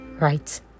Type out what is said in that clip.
right